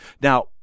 Now